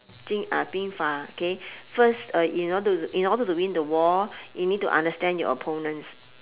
ah 兵法 okay first uh in order to in order to win the war you need to understand your opponents